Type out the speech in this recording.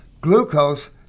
glucose